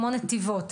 כמו נתיבות,